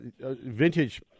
vintage